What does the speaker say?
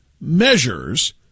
measures